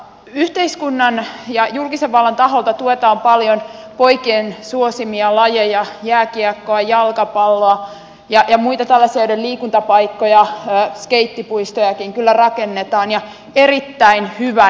yhteiskunnan ja julkisen vallan taholta tuetaan paljon poikien suosimia lajeja jääkiekkoa jalkapalloa ja muita tällaisia joiden liikuntapaikkoja skeittipuistojakin kyllä rakennetaan ja erittäin hyvä niin